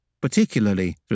particularly